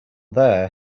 there